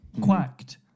Quacked